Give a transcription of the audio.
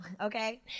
okay